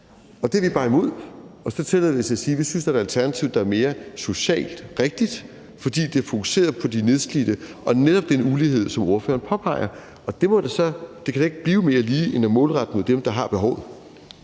Det er vi bare imod. Og så tillader vi os at sige, at vi synes, der er et alternativ, der er mere socialt rigtigt, fordi det er fokuseret på de nedslidte og netop den ulighed, som ordføreren påpeger. Og det kan da ikke blive mere lige end at målrette det mod dem, der har behovet?